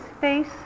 face